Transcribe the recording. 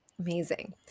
Amazing